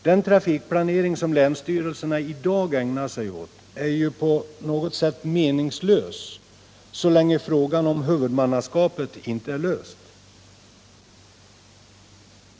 Den trafikplanering som länsstyrelserna i dag ägnar sig åt är ju på något sätt meningslös, så länge frågan om huvudmannaskapet inte är löst.